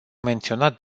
menționat